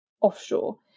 offshore